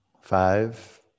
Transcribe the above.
five